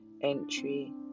entry